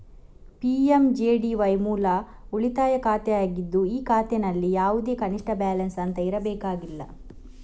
PMJDY ಮೂಲ ಉಳಿತಾಯ ಖಾತೆ ಆಗಿದ್ದು ಈ ಖಾತೆನಲ್ಲಿ ಯಾವುದೇ ಕನಿಷ್ಠ ಬ್ಯಾಲೆನ್ಸ್ ಅಂತ ಇರಬೇಕಾಗಿಲ್ಲ